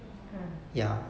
mm